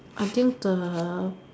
I think the